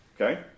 Okay